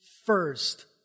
First